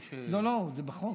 לא, לא, זה בחוק.